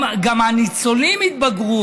גם הניצולים התבגרו,